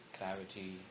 clarity